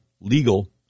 legal